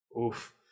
Oof